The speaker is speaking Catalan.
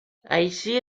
així